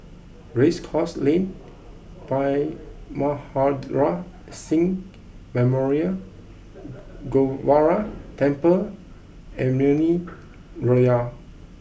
Race Course Lane Bhai Maharaj Singh Memorial Gurdwara Temple and Naumi Liora